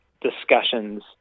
discussions